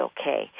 okay